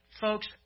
Folks